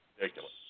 ridiculous